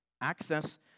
access